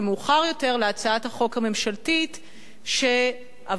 ומאוחר יותר להצעת החוק הממשלתית שעברה